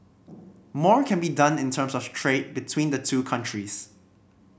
more can be done in terms of trade between the two countries